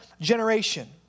generation